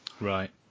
Right